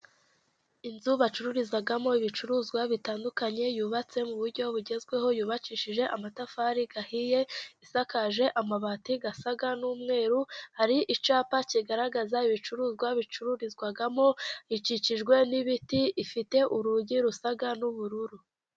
Inzu bacururizamo ibicuruzwa bitandukanye, yubatse mu buryo bugezweho, yubakishije amatafari ahiye, isakaje amabati asa n'umweru, hari icyapa kigaragaza ibicuruzwa bicururizwamo, ikikijwe n'ibiti, ifite urugi rusa n'ubururu.